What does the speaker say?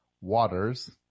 Waters